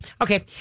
Okay